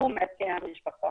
וקידום ערכי המשפחה.